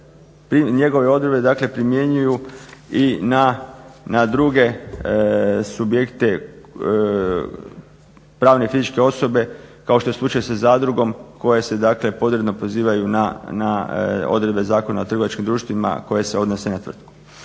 njegove odredbe primjenjuju i na druge subjekte pravne i fizičke osobe kao što je slučaj sa zadrugom koje se … prozivaju na odredbe Zakona o trgovačkim društvima koje se odnose na tvrtku.